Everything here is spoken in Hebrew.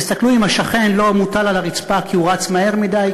תסתכלו אם השכן לא מוטל על הרצפה כי הוא רץ מהר מדי,